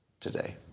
today